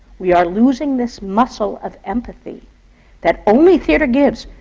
we are losing this muscle of empathy that only theatre gives.